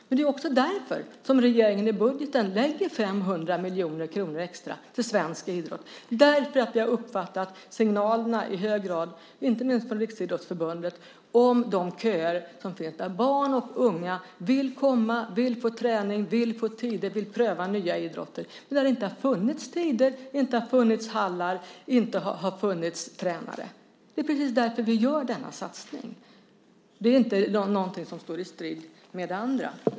Det är också därför som regeringen i budgeten lägger 500 miljoner kronor extra på svensk idrott. Vi har nämligen i hög grad uppfattat signalerna, inte minst från Riksidrottsförbundet, om de köer som finns. Barn och unga vill komma. De vill få träning och tider och vill pröva nya idrotter. Men det har inte funnits tider, hallar och tränare. Det är precis därför vi gör denna satsning, och detta är inte något som står i strid med det andra.